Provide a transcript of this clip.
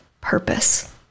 purpose